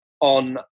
on